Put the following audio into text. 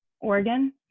Oregon